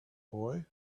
boy